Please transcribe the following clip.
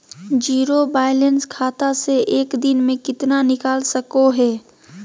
Zero balance खाता से एक दिन में कितना निकाल सको है?